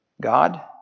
God